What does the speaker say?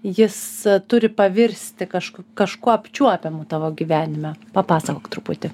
jis turi pavirsti kažkuo kažkuo apčiuopiamu tavo gyvenime papasakok truputį